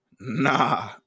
Nah